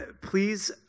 please